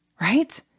right